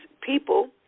people